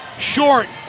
Short